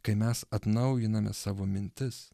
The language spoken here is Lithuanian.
kai mes atnaujiname savo mintis